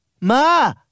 Ma